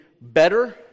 better